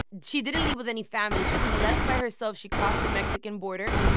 she didn't leave with any family. she just left by herself. she crossed the mexican border.